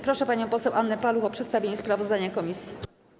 Proszę panią poseł Annę Paluch o przedstawienie sprawozdania komisji.